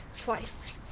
twice